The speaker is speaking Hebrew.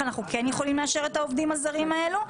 אנחנו כן יכולים לאשר את העובדים הזרים האלה.